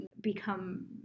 become